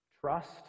trust